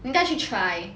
你应该去 try